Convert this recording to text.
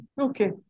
Okay